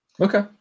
Okay